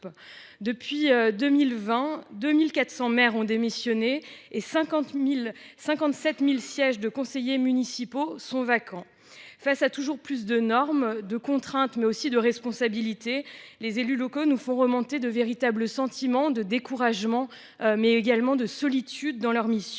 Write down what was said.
Depuis 2020, 2 400 maires ont démissionné et 57 000 sièges de conseiller municipal sont vacants. Confrontés à toujours plus de normes, de contraintes, mais aussi de responsabilités, les élus locaux nous font remonter un sentiment de découragement et de solitude. Figures